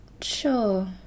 sure